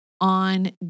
on